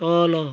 ତଳ